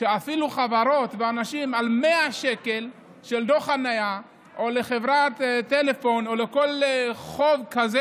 ואפילו על 100 שקל דוח חניה או חוב לחברת טלפון או חוב כזה